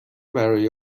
برای